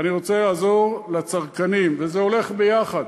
ואני רוצה לעזור לצרכנים, וזה הולך ביחד.